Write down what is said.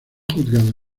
juzgado